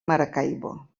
maracaibo